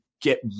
get